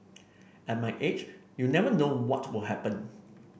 at my age you never know what will happen